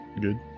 Good